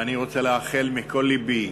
אני רוצה לאחל מכל לבי